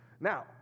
Now